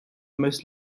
most